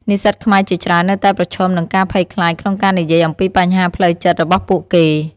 និស្សិតខ្មែរជាច្រើននៅតែប្រឈមនឹងការភ័យខ្លាចក្នុងការនិយាយអំពីបញ្ហាផ្លូវចិត្តរបស់ពួកគេ។